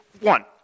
one